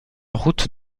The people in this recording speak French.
route